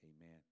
Amen